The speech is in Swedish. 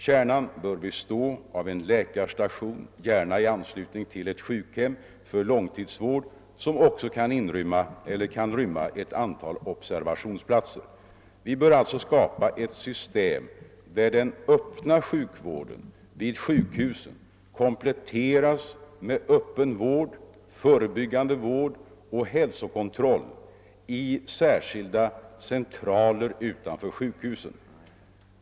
Kärnan bör består av en läkarstation, gärna i anslutning till ett sjukhem för långtidsvård som också kan rymma ett antal observationsplatser. Vi bör alltså skapa ett system där den öppna sjukvården vid sjukhusen kompletteras med öppen vård, förebyggande vård och hälsokontroll i särskilda centraler utanför sjukhusen.